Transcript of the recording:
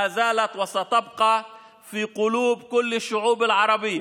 עודנה ותוסיף להיות בלבבות כל העמים הערביים.